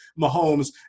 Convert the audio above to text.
Mahomes